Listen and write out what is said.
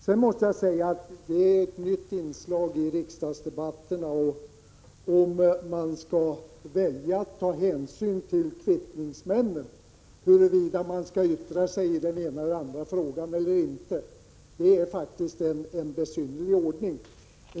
Sedan måste jag säga att det är ett nytt inslag i riksdagsdebatterna att man tar hänsyn till kvittningsmännen när det gäller att bestämma sig för om man skall yttra sig eller inte i en fråga. Det är en besynnerlig ordning.